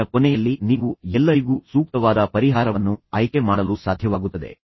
ಅದರ ಕೊನೆಯಲ್ಲಿ ನೀವು ಎಲ್ಲರಿಗೂ ಸೂಕ್ತವಾದ ಪರಿಹಾರವನ್ನು ಆಯ್ಕೆ ಮಾಡಲು ಸಾಧ್ಯವಾಗುತ್ತದೆ